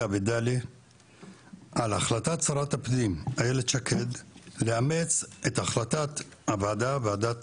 ודליה על החלטת שרת הפנים אילת שקד לאמץ את החלטת ועדת